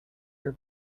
your